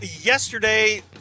yesterday